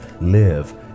live